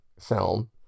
film